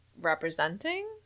representing